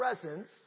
presence